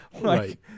right